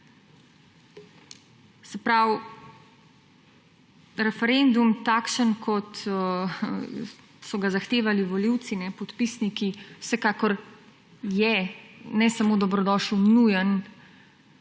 Se pravi, referendum, takšen kot so ga zahtevali volivci, podpisniki, vsekakor je ne samo dobrodošel, je nujen